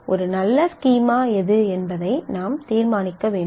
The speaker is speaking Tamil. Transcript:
ஒரு நல்ல ஸ்கீமா எது என்பதை நாம் தீர்மானிக்க வேண்டும்